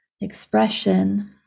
expression